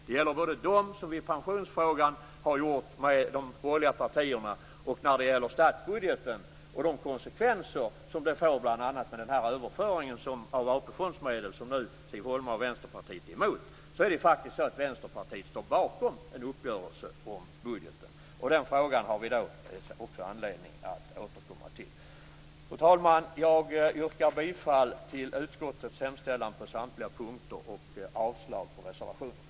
Det gäller de uppgörelser som vi har gjort med de borgerliga partierna i pensionsfrågan. Och när det gäller statsbudgeten och konsekvenserna av bl.a. den här överföringen av AP fondsmedel, som Siv Holma och Vänsterpartiet nu är emot, vill jag säga att Vänsterpartiet faktiskt står bakom en uppgörelse om budgeten. Och den här frågan har vi också anledning att återkomma till. Fru talman! Jag yrkar bifall till utskottets hemställan på samtliga punkter och avslag på reservationerna.